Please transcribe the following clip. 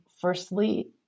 firstly